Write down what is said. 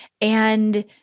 And-